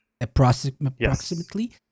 approximately